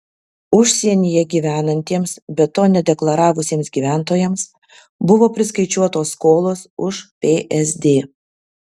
užsienyje gyvenantiems bet to nedeklaravusiems gyventojams buvo priskaičiuotos skolos už psd